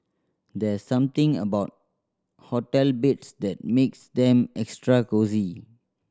there's something about hotel beds that makes them extra cosy